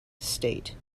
state